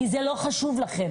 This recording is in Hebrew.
כי זה לא חשוב לכם.